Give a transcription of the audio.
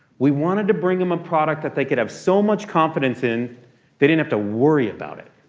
we wanted to bring them a product that they could have so much confidence in they didn't have to worry about it.